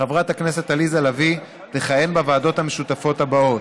חברת הכנסת עליזה לביא תכהן בוועדות המשותפות האלה: